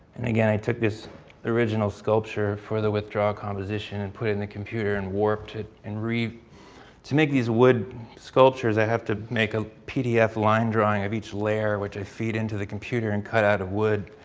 and again, i took this original sculpture for the withdraw composition and put it in the computer and warped it and, to make these wood sculptures, i have to make a pdf line drawing of each layer which i feed into the computer and cut out of wood.